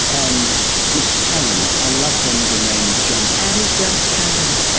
and mrs cannon. i love her middle name, jump. annie jump cannon. ah